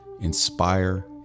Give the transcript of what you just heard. inspire